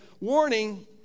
warning